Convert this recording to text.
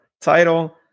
title